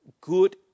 good